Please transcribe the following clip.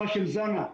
חשם זאנה,